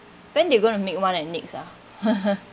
then they gonna make one at next ah